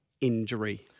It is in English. injury